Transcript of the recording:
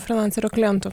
frylancerio klientu